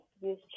use